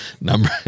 number